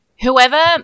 whoever